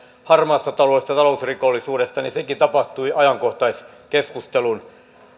harmaasta taloudesta ja talousrikollisuudesta niin sekin tapahtui ajankohtaiskeskustelun